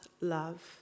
love